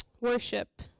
Worship